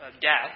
death